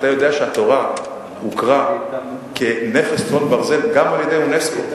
אתה יודע שהתורה הוכרה כנכס צאן ברזל גם על-ידי אונסק"ו,